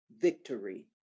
victory